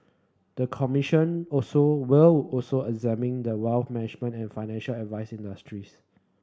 the commission also will also examine the wealth management and financial advice industries